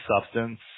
substance